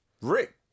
Rick